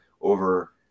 over